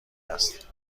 است